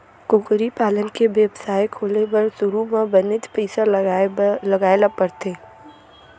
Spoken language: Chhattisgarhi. कुकरी पालन के बेवसाय खोले बर सुरू म बनेच पइसा लगाए ल परथे